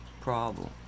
problem